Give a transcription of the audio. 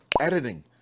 Editing